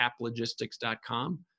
caplogistics.com